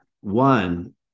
one